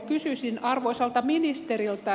kysyisin arvoisalta ministeriltä